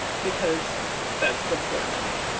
because that's what's going on.